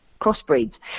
crossbreeds